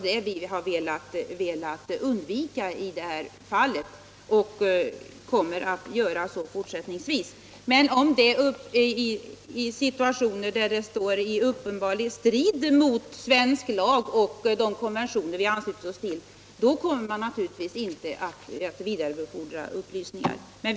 Det är det vi velat undvika i det här fallet — och vi kommer att göra så fortsättningsvis. Men i situationer där det står i uppenbar strid mot svensk lag och de konventioner vi anslutit oss till att vidarebefordra upplysningar kommer vi inte att göra det.